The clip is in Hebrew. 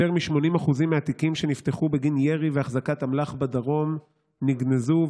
יותר מ-80% מהתיקים שנפתחו בגין ירי והחזקת אמל"ח בדרום נגנזו,